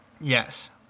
Yes